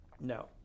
no